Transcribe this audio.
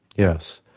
yes.